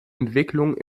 entwicklung